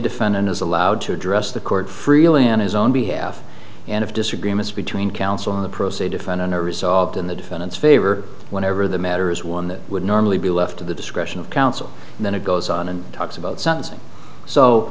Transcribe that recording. defendant is allowed to address the court freely on his own behalf and of disagreements between counsel on the pro se defend on a result in the defendant's favor whenever the matter is one that would normally be left to the discretion of counsel and then it goes on and talks about sentencing so